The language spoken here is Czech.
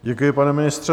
Děkuji, pane ministře.